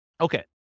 Okay